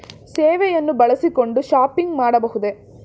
ಸೇವೆಯನ್ನು ಬಳಸಿಕೊಂಡು ಶಾಪಿಂಗ್ ಮಾಡಬಹುದೇ?